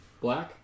Black